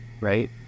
right